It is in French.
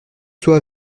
soit